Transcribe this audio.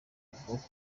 avuga